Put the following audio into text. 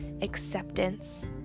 acceptance